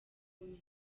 buhenze